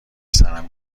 سرم